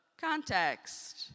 context